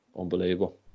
unbelievable